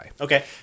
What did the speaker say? Okay